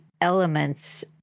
elements